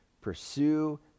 pursue